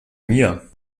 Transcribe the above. mir